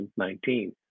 2019